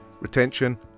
retention